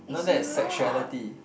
no that is sexuality